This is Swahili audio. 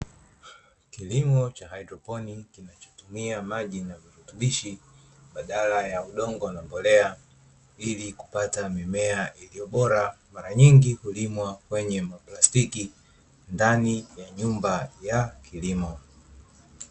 Kilimo ca haidroponi, kinachotumia maji na virutubishi badala ya udongo na mbolea, ili kupata mimea iliyo bora, mara nyingi hulimwa kwenye maplastiki ndani ya nyumba ya kilimo.